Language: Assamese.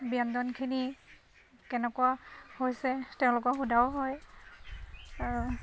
ব্যঞ্জনখিনি কেনেকুৱা হৈছে তেওঁলোকক সোধাও হয় আৰু